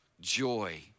joy